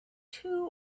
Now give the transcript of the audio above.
two